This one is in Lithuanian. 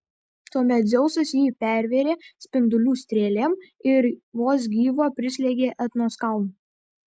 tuomet dzeusas jį pervėrė spindulių strėlėm ir vos gyvą prislėgė etnos kalnu